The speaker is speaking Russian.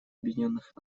объединенных